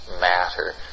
matter